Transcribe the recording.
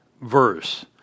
verse